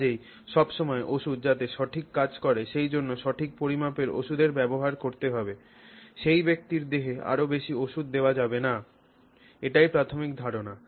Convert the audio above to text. কাজেই সবসময় ওষুধ যাতে সঠিক কাজ করে সেইজন্য সঠিক পরিমাণের ওষুধ ব্যবহার করতে হবে সেই ব্যক্তির দেহে আরও বেশি ওষুধ দেওয়া যাবে না এটিই প্রাথমিক ধারণা